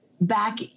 back